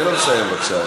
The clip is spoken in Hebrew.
תן לו לסיים, בבקשה.